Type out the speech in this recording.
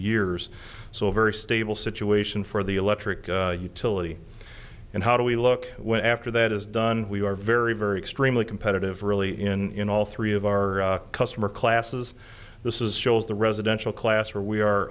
years so a very stable situation for the electric utility and how do we look when after that is done we are very very extremely competitive really in all three of our customer classes this is shows the residential class where we are